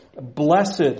Blessed